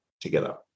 together